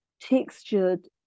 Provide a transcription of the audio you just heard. textured